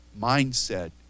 mindset